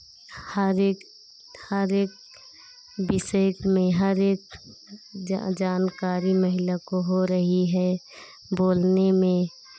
हर एक हर एक विशेष में हर एक ज जानकारी महिला को हो रही है बोलने में